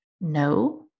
No